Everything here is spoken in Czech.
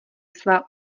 svá